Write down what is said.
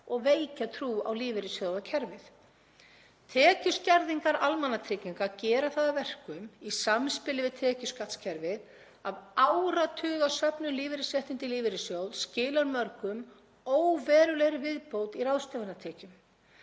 og veikja tiltrú á lífeyrissjóðakerfið. Tekjuskerðingar almannatrygginga gera það að verkum, í samspili við tekjuskattskerfið, að áratuga söfnun lífeyrisréttinda í lífeyrissjóð skilar mörgum óverulegri viðbót í ráðstöfunartekjum.